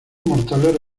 mortales